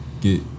get